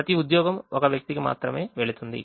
ప్రతి ఉద్యోగం ఒక వ్యక్తికి మాత్రమే వెళ్తుంది